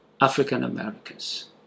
African-Americans